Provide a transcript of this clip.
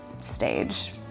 stage